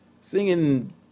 singing